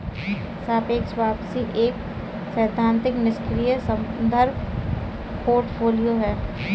सापेक्ष वापसी एक सैद्धांतिक निष्क्रिय संदर्भ पोर्टफोलियो है